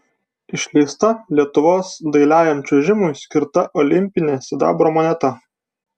išleista lietuvos dailiajam čiuožimui skirta olimpinė sidabro moneta